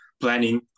planning